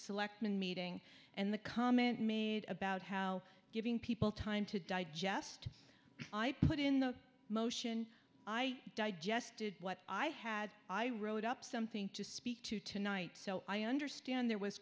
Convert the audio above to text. selectmen meeting and the comment made about how giving people time to digest i put in the motion i digested what i had i wrote up something to speak to tonight so i understand there was